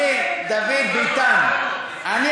אדוני, דוד ביטן, שמענו, שמענו.